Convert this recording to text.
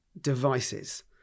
devices